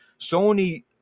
sony